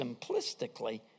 simplistically